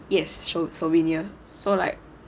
yes show souvenir so like